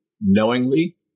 knowingly